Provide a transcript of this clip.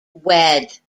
wed